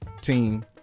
team